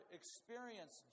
experience